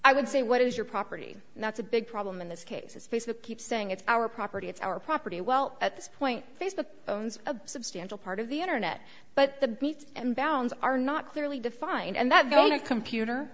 i would say what is your property and that's a big problem in this case is facebook keeps saying it's our property it's our property well at this point facebook owns a substantial part of the internet but the beat and bounds are not clearly defined and that go on a computer